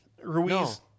Ruiz